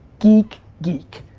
geek, geek.